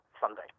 Sunday